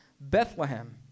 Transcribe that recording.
Bethlehem